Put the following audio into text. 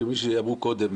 כפי שאמרו קודם,